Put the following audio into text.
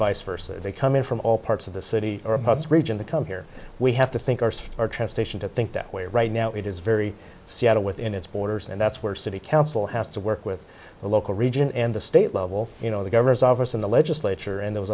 vice versa they come in from all parts of the city region to come here we have to think are our translation to think that way right now it is very seattle within its borders and that's where city council has to work with the local region and the state level you know the governor's office in the legislature and those